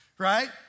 right